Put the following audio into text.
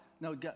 No